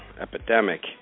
epidemic